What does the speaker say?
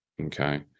Okay